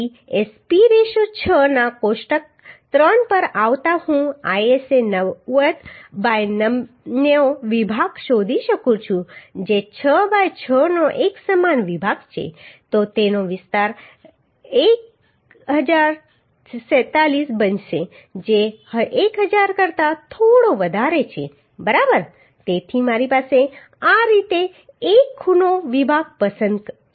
તેથી SP 6 ના કોષ્ટક 3 પર આવતાં હું ISA 90 બાય 90 વિભાગ શોધી શકું છું જે 6 બાય 6નો એક સમાન વિભાગ છે તો તેનો વિસ્તાર 1047 બનશે જે 1000 કરતાં થોડો વધારે છે બરાબર તેથી મારી પાસે આ રીતે છે એક ખૂણો વિભાગ પસંદ કર્યો